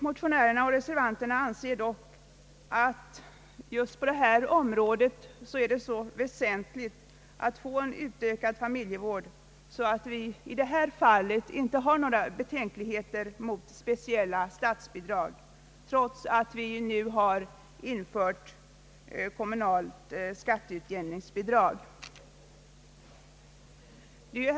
Motionärerna och reservanterna anser dock att det just på detta område är så väsentligt att få till stånd en utökad familjevård, att vi i detta fall inte hyser några betänkligheter mot ett speciellt statsbidrag, trots att ett kommunalt skatteutjämningsbidrag nu har införts.